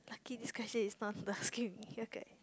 lucky this question is not the asking me okay